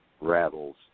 rattles